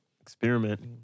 Experiment